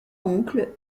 oncle